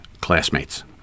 classmates